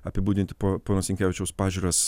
apibūdint pono sinkevičiaus pažiūras